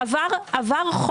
לא, עבר חוק